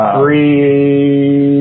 Three